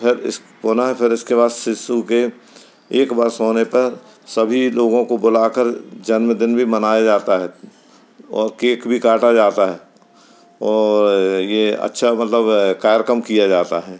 फिर इसको ना फिर इसके बाद शिशु के एक वर्ष होने पर सभी लोगों को बुला कर जन्मदिन भी मनाया जाता है और केक भी काटा जाता है और ये अच्छा मतलब कार्यकम किया जाता है